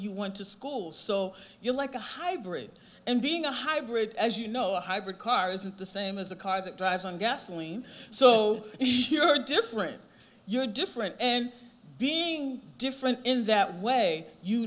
you went to school so you're like a hybrid and being a hybrid as you know a hybrid car isn't the same as a car that drives on gasoline so you're different you're different and being different in that way you